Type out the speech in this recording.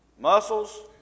Muscles